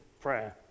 prayer